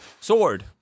Sword